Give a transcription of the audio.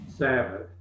Sabbath